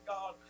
God